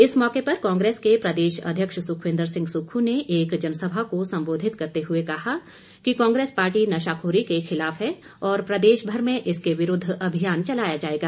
इस मौके पर कांग्रेस के प्रदेशाध्यक्ष सुखविंदर सिंह सुक्खू ने एक जनसभा को संबोधित करते हुए कहा कि कांग्रेस पार्टी नशाखोरी के खिलाफ है और प्रदेशभर में इसके विरूद्व अभियान चलाया जाएगा